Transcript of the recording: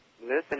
Listen